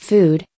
Food